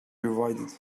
provided